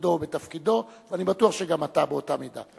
בתפקודו ובתפקידו, ואני בטוח שגם אתה, באותה מידה.